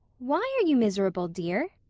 why are you miserable, dear?